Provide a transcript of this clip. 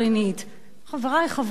חברי חברי הכנסת,